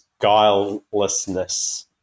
guilelessness